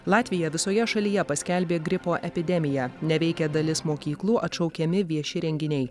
latvija visoje šalyje paskelbė gripo epidemiją neveikia dalis mokyklų atšaukiami vieši renginiai